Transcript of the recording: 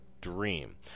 dream